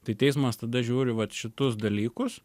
tai teismas tada žiūri vat šitus dalykus